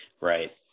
right